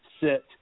sit